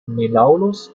menelaus